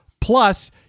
Plus